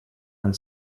and